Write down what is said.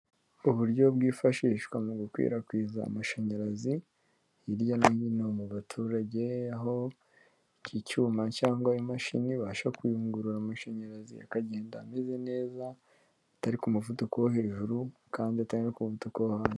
Uburyo bwifashishwa mu gukwirakwiza amashanyarazi hirya no hino mu baturage aho iki cyuma cyangwa imashini ibasha kuyungurura amashanyarazi akagenda ameze neza atari ku muvuduko wo hejuru kandi atari no ku muvuduko wo hasi.